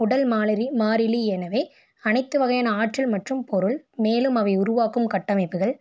உடல் மாறிலி எனவே அனைத்து வகையான ஆற்றல் மற்றும் பொருள் மேலும் அவை உருவாக்கும் கட்டமைப்புகள்